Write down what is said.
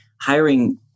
hiring